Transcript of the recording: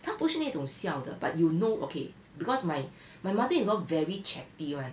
她不是那种笑得 but you know okay because my my mother-in-law very chatty [one]